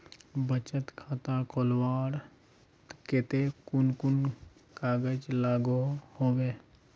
बचत खाता खोलवार केते कुन कुन कागज लागोहो होबे?